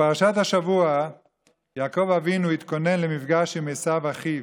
בפרשת השבוע יעקב אבינו התכונן למפגש עם עשו אחיו,